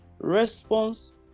Response